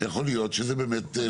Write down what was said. יכול להיות שזה באמת שווה בדיקה.